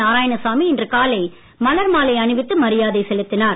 நாராயணசாமி இன்று காலை மலர்மாலை அணிவித்து மரியாதை செலுத்தினார்